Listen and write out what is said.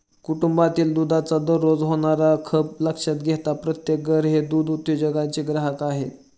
कुटुंबातील दुधाचा दररोज होणारा खप लक्षात घेता प्रत्येक घर हे दूध उद्योगाचे ग्राहक आहे